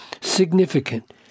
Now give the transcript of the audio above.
significant